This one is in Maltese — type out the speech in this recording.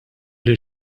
lil